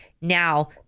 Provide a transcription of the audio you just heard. Now